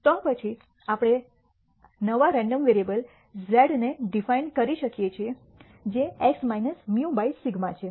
તો પછી આપણે નવા રેન્ડમ વેરીએબલ z ને ડિફાઇન કરી શકીએ જે x μ બાય σ છે